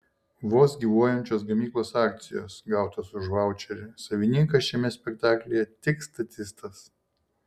vos gyvuojančios gamyklos akcijos gautos už vaučerį savininkas šiame spektaklyje tik statistas